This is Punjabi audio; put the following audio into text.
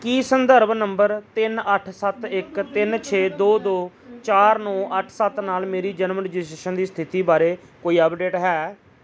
ਕੀ ਸੰਦਰਭ ਨੰਬਰ ਤਿੰਨ ਅੱਠ ਸੱਤ ਇੱਕ ਤਿੰਨ ਛੇ ਦੋ ਦੋ ਚਾਰ ਨੌਂ ਅੱਠ ਸੱਤ ਨਾਲ ਮੇਰੀ ਜਨਮ ਰਜਿਸਟ੍ਰੇਸ਼ਨ ਦੀ ਸਥਿਤੀ ਬਾਰੇ ਕੋਈ ਅਪਡੇਟ ਹੈ